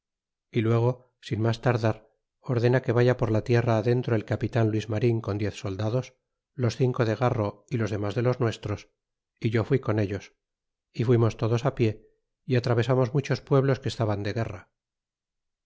y luego sin mas tardar ordena que vaya por la tierra adentro el capitan luis marin con diez soldados los cinco de garro y los demas de los nuestros e yo fui con ellos y fuimos todos pie y atravesamos muchos pueblos que estaban de guerra